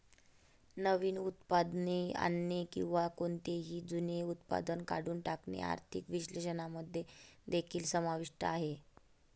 नवीन उत्पादने आणणे किंवा कोणतेही जुने उत्पादन काढून टाकणे आर्थिक विश्लेषकांमध्ये देखील समाविष्ट आहे